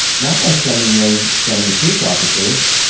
not by sending in so many police officers,